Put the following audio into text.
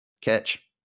catch